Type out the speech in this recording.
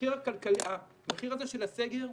המחיר הזה של הסגר,